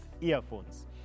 earphones